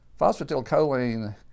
phosphatidylcholine